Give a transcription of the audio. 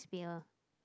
beer